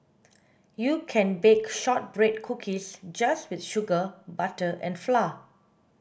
you can bake shortbread cookies just with sugar butter and flour